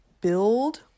build